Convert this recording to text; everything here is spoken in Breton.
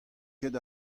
ket